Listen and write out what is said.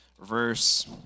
verse